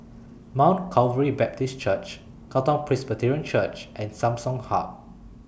Mount Calvary Baptist Church Katong Presbyterian Church and Samsung Hub